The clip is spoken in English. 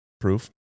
proof